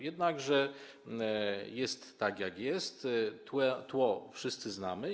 Jednakże jest tak, jak jest, tło wszyscy znamy.